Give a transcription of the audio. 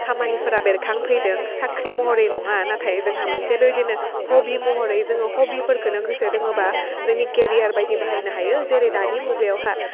खामानिफोरा बेरखांफैदों साख्रि महरै नङा नाथाय जोंहा मोनसे बेबायदिनो हबि महरै जोङो हबिफोरखोनो गोसो दोङोबा जोंनि केरियार बायदि बाहायनो हायो जेरै दानि मुगायावहा